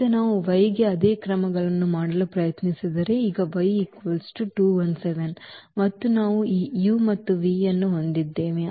ಈಗ ನಾವು y ಗೆ ಅದೇ ಕ್ರಮಗಳನ್ನು ಮಾಡಲು ಪ್ರಯತ್ನಿಸಿದರೆ ಈಗ y 2 1 7 ಮತ್ತು ನಾವು ಈ u ಮತ್ತು v ಅನ್ನು ಹೊಂದಿದ್ದೇವೆ